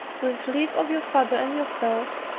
with leave of your father and yourself,